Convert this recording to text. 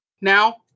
now